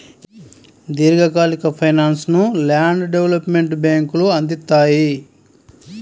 దీర్ఘకాలిక ఫైనాన్స్ను land development బ్యేంకులు అందిత్తాయి